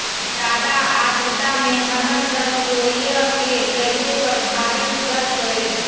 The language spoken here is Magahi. जादा आद्रता में हमर सरसोईय के कैसे प्रभावित करतई?